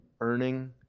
earning